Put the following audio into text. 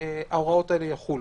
ההוראות האלה יחולו.